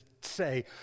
say